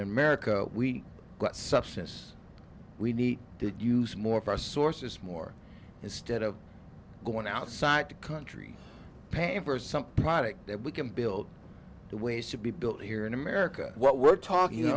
substance we need to use more of our sources more instead of going outside the country pamper something product that we can build the way it should be built here in america what we're talking